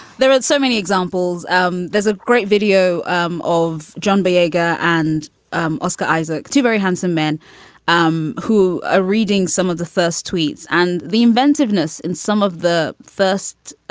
there are so many examples. um there's a great video um of john veiga and um oscar isaac, two very handsome men um who are ah reading some of the first tweets and the inventiveness in some of the first